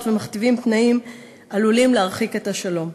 ומכתיבים תנאים עלולים להרחיק את השלום.